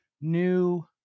new